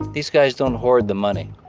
these guys don't hoard the money.